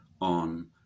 on